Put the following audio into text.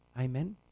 Amen